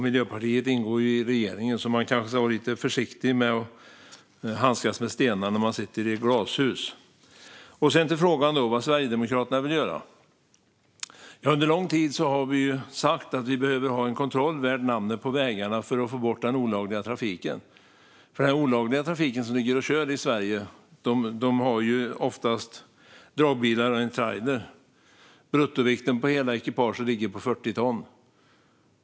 Miljöpartiet ingår ju i regeringen, så man kanske ska vara lite försiktig med att handskas med stenar när man sitter i glashus. När det gäller frågan om vad Sverigedemokraterna vill göra har vi under lång tid sagt att vi behöver ha en kontroll värd namnet på vägarna för att få bort den olagliga trafiken i Sverige. Man har oftast dragbilar och trailer, och ekipagets bruttovikt ligger på 40 ton.